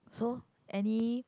so any